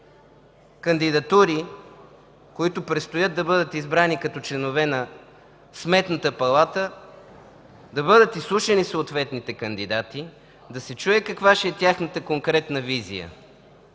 кандидатури, които предстои да бъдат избрани като членове на Сметната палата, да бъдат изслушани съответните кандидати, да се чуе каква ще е тяхната конкретна визия.